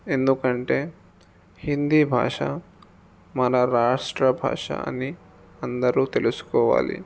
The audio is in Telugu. ఎందుకంటే హిందీ భాష మన రాష్ట్ర భాష అని అందరూ తెలుసుకోవాలి